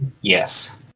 Yes